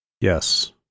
yes